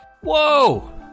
Whoa